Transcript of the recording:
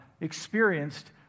experienced